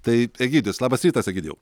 taip egidijus labas rytas egidijau